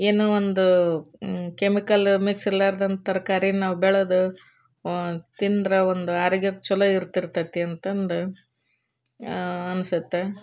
ಏನೋ ಒಂದು chemical mix ಇರ್ಲಾರ್ದಂತ ತರಕಾರಿ ನಾವು ಬೆಳದು ತಿಂದ್ರೆ ಒಂದು ಆರೋಗ್ಯಕ್ಕೆ ಚಲೋ ಇರ್ತಿರ್ತೈತೆ ಅಂತಂದು ಅನಿಸುತ್ತೆ